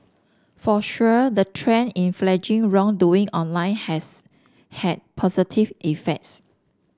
for sure the trend in flagging wrongdoing online has had positive effects